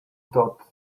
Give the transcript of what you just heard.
thought